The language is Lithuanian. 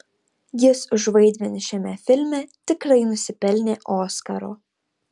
jis už vaidmenį šiame filme tikrai nusipelnė oskaro